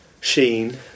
Sheen